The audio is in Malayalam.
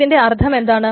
ഇതിന്റെ അർത്ഥം എന്താണ്